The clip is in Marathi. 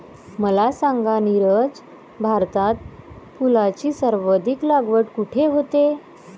मला सांगा नीरज, भारतात फुलांची सर्वाधिक लागवड कुठे होते?